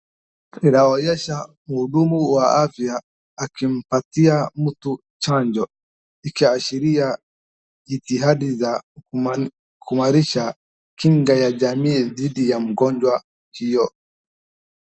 Inaonyesha mhudumu wa afya akimpatia mtu chanjo ikiashiria jitihadi za kumarisha kinga ya jamii dhidi ya mgonjwa hio.